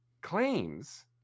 claims